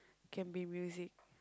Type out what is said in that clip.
can be music